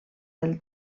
del